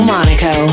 Monaco